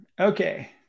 Okay